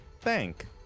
Thank